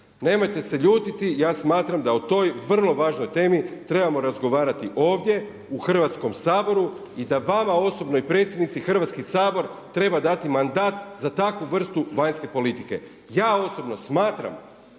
Nemojte se ljutiti, ja smatram da o toj vrlo važnoj temi trebamo razgovarati ovdje u Hrvatskom saboru i da vama osobno i predsjednici Hrvatski sabor treba dati mandat za takvu vrstu vanjske politike. Ja osobno smatram